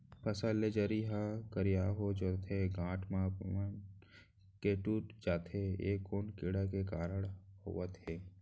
फसल के जरी ह करिया हो जाथे, गांठ ह अपनमन के टूट जाथे ए कोन कीड़ा के कारण होवत हे?